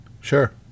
Sure